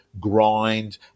grind